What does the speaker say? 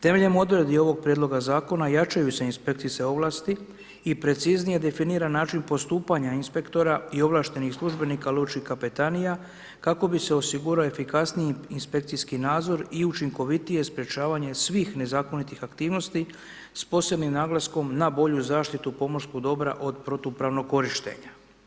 Temeljem odredbi ovog prijedloga zakona jačaju se inspekcijske ovlasti i preciznije definira način postupanja inspektora i ovlaštenih službenika lučkih kapetanija, kako bi se osigurao efikasniji inspekcijski nadzor i učinkovitije sprječavanje svih nezakonitih aktivnosti s posebnim naglaskom na bolju zaštitu pomorskog dobra od protupravnog korištenja.